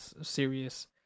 serious